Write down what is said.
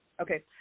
Okay